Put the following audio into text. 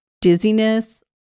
dizziness